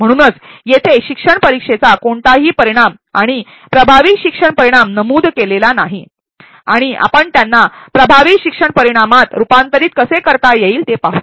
म्हणूनच येथे शिक्षण परीक्षेचा कोणताही परिणाम आणि प्रभावी शिक्षण परिणाम नमूद केलेला नाही आणि आपण त्यांना प्रभावी शिक्षण परिणामात रूपांतरित कसे करता येईल ते पाहू